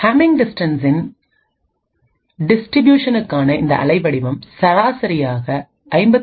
humming டிஸ்டன்ஸ்சின் டிஸ்ட்ரிபியூஷனுக்கான இந்த அலைவடிவம் சராசரியாக 59